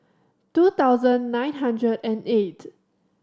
two thousand nine hundred and eight